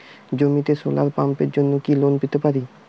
জমিতে সোলার পাম্পের জন্য কি লোন পেতে পারি?